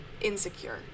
insecure